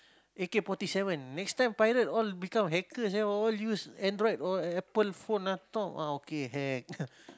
A_K forty seven next time pirate all become hackers ah all use Android or Apple phone ah talk ah okay hack